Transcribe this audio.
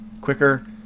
quicker